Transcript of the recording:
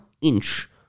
inch